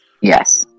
Yes